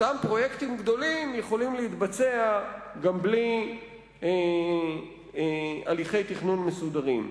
אותם פרויקטים גדולים יכולים להתבצע גם בלי הליכי תכנון מסודרים.